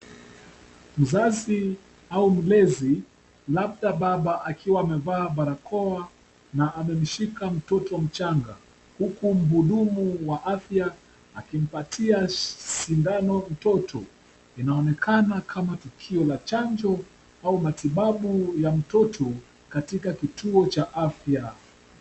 Mzazi au mlezi labda baba akiwa amevaa barakoa na amemshika mtoto mchanga, huku mhudumu wa afya akimpatia sindano mtoto. Inaonekana kama tukio la chanjo au matibabu ya mtoto katika kituo cha afya.